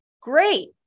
Great